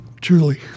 truly